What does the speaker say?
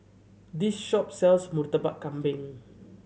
this shop sells Murtabak Kambing